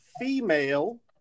female